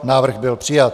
Návrh byl přijat.